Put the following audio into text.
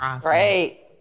Great